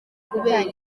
kubera